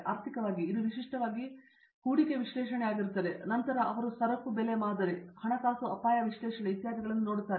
ಆರ್ಥಿಕವಾಗಿ ಇದು ವಿಶಿಷ್ಟವಾಗಿ ಹೂಡಿಕೆ ವಿಶ್ಲೇಷಣೆಯಾಗಿರುತ್ತದೆ ನಂತರ ಅವರು ಸರಕು ಬೆಲೆ ಮಾದರಿ ಹಣಕಾಸು ಅಪಾಯ ವಿಶ್ಲೇಷಣೆ ಇತ್ಯಾದಿಗಳನ್ನು ನೋಡುತ್ತಾರೆ